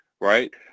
right